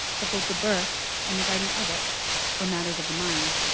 but both the birth and the writing of it were matters of the mind,